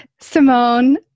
Simone